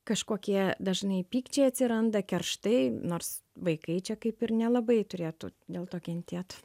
kažkokie dažnai pykčiai atsiranda kerštai nors vaikai čia kaip ir nelabai turėtų dėl to kentėt